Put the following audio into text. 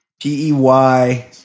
P-E-Y